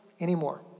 anymore